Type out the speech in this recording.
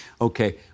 Okay